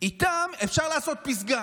איתם אפשר לעשות פסגה,